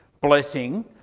blessing